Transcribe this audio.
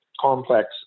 complex